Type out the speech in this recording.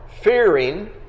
fearing